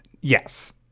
Yes